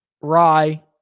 Rye